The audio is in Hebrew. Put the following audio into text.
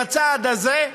עם הצעד הזה,